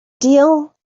deal